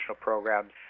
programs